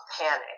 panic